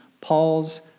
Paul's